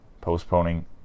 postponing